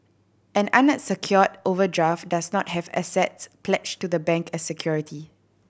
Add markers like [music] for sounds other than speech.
an [unintelligible] overdraft does not have assets pledged to the bank as security